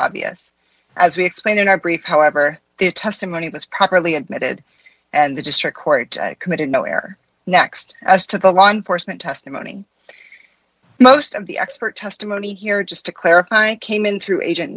obvious as we explained in our brief however their testimony was properly admitted and the district court committed no air next as to the law enforcement testimony most of the expert testimony here just to clarify came in through agent